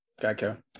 Geico